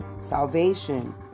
salvation